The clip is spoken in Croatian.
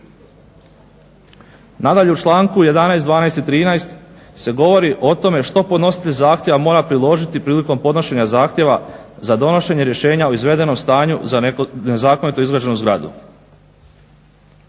Nadalje u članku 11.,12.,13. se govori o tome što podnositelj zahtjeva mora priložiti priliko podnošenja zahtjeva za donošenje rješenja o izvedenom stanju za nezakonito izgrađenu zgradu.